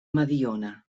mediona